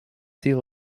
sea